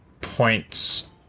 points